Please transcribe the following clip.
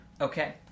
Okay